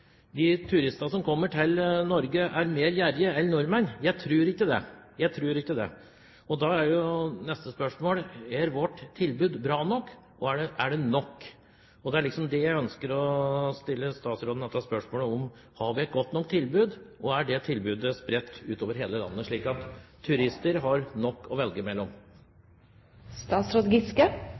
de turistene som kommer til Norge, er mer gjerrige enn nordmenn. Jeg tror ikke det. Da er neste spørsmål: Er vårt tilbud bra nok, og er det nok? Det er dette jeg ønsker å stille statsråden spørsmål om: Har vi et godt nok tilbud, og er det tilbudet spredt utover hele landet, slik at turister har nok å velge